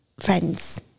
friends